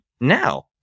now